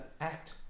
act